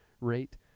rate